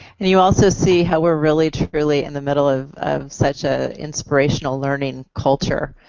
and you also see how we're really truly in the middle of such ah inspirational learning culture.